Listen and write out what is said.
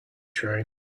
train